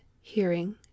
hearing